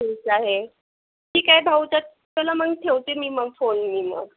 ठीक आहे भाऊ तर चला मग ठेवते मी मग फोन मी मग